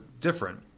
different